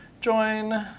join.